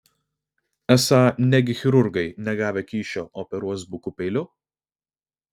esą negi chirurgai negavę kyšio operuos buku peiliu